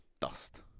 dust